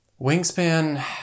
Wingspan